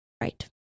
Right